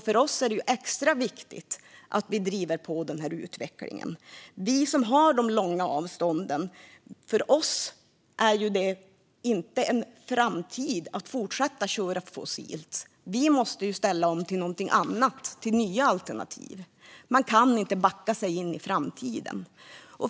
För oss är det alltså extra viktigt att vi driver på den här utvecklingen. För oss som har de långa avstånden finns det ingen framtid i att fortsätta köra fossilt. Vi måste ställa om till någonting annat, till nya alternativ. Man kan inte backa in i framtiden.